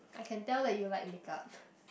I can tell that you like makeup